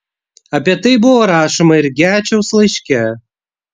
apie tai buvo rašoma ir gečiaus laiške